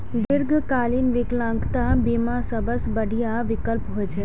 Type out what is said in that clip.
दीर्घकालीन विकलांगता बीमा सबसं बढ़िया विकल्प होइ छै